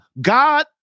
God